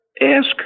ask